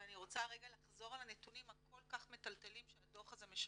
ואני רוצה לחזור על הנתונים הכל כך מטלטלים שהדו"ח הזה משקף.